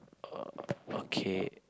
uh okay